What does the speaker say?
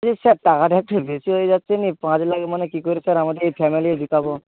কিন্তু স্যার টাকাটা একটু বেশি হয়ে যাচ্ছে না পাঁচ লাখ মানে কি করে স্যার আমাদের এই ফ্যামেলি